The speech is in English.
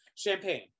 Champagne